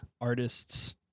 artists